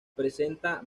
presenta